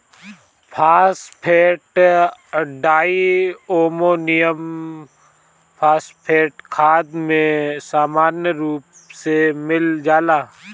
phosphate diammonium phosphate खाद में सामान्य रूप से मिल जाला